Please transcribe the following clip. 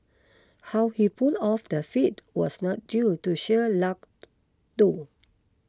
how he pulled off the feat was not due to sheer luck though